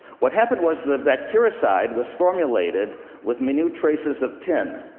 what happened was the bactericide was formulated with minute traces of tin.